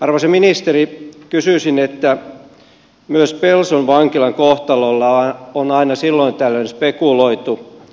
arvoisa ministeri kysyisin kun myös pelson vankilan kohtalolla on aina silloin tällöin spekuloitu